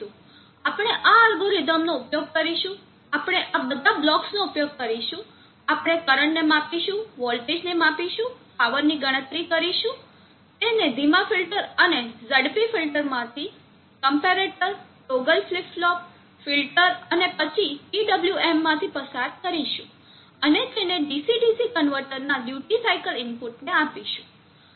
આપણે આ અલ્ગોરિધમનો ઉપયોગ કરીશું આપણે આ બધા બ્લોક્સનો ઉપયોગ કરીશું આપણે કરંટને માપીશું વોલ્ટેજને માપીશું પાવરની ગણતરી કરીશું તેને ધીમા ફિલ્ટર અને ઝડપી ફિલ્ટરમાંથી comparator toggle flip flop filter અને પછી PWM માંથી પસાર કરીશું અને તેને DC DC કન્વર્ટરના ડ્યુટી સાઇકલ ઇનપુટને આપીશું